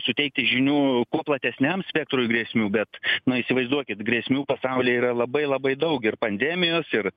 suteikti žinių kuo platesniam spektrui grėsmių bet na įsivaizduokit grėsmių pasaulyje yra labai labai daug ir pandemijos ir